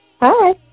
Hi